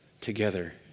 together